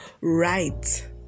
right